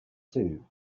two